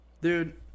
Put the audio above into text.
Dude